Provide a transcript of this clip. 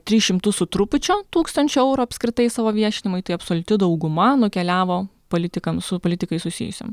tris šimtus su trupučiu tūkstančių eurų apskritai savo viešinimui tai absoliuti dauguma nukeliavo politikams su politikais susijusiom